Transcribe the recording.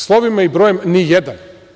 Slovima i brojem – nijedan.